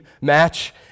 match